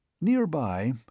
Nearby